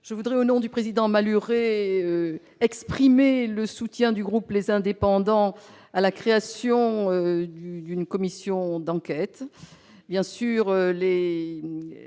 Territoires. Au nom du président Malhuret, j'exprime le soutien du groupe Les Indépendants à la création de cette commission d'enquête.